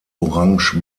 orange